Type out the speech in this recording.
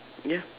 ya